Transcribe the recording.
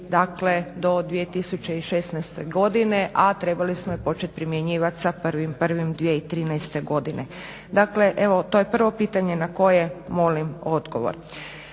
dakle do 2016.godine a trebali smo je početi promjenjivati sa 1.1.2013.godine. dakle to je prvo pitanje na koje molim odgovor.